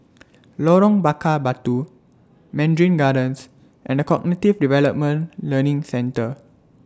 Lorong Bakar Batu Mandarin Gardens and The Cognitive Development Learning Centre